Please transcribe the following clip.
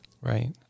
Right